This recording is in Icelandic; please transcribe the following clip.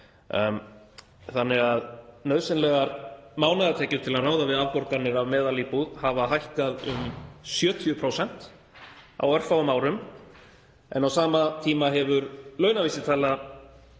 þannig að nauðsynlegar mánaðartekjur til að ráða við afborganir af meðalíbúð hafa hækkað um 70% á örfáum árum en á sama tíma hefur launavísitala